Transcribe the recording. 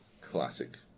classic